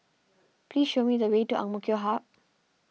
please show me the way to Amk Hub